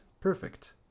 perfect